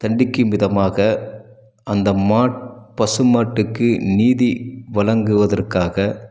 தண்டிக்கும் விதமாக அந்த பசு மாட்டுக்கு நீதி வழங்குவதற்காக